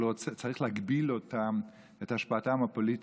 אבל צריך להגביל את השפעתם הפוליטית.